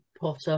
Potter